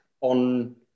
on